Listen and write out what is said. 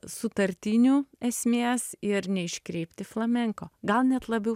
sutartinių esmės ir neiškreipti flamenko gal net labiau